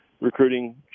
Recruiting